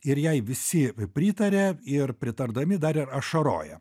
ir jai visi pritaria ir pritardami dar ir ašaroja